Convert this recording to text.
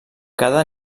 cada